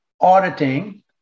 auditing